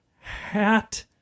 Hat